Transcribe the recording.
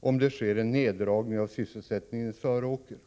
om det sker en neddragning av sysselsättningen i Söråker.